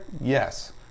Yes